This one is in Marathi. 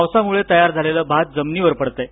पावसामुळे तयार झालेलं भात जमिनीवर पडत आहे